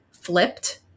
flipped